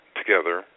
together